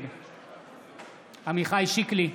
נגד עמיחי שיקלי,